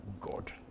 God